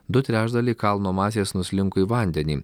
du trečdaliai kalno masės nuslinko į vandenį